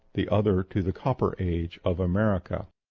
the other to the copper age of america.